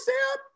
Sam